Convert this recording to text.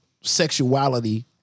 sexuality